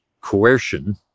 coercion